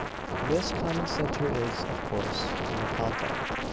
this common center is, of course, in the contact.